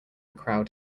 crowd